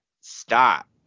stop